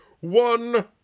one